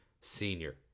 senior